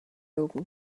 open